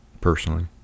Personally